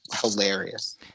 hilarious